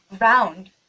round